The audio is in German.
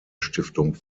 stiftung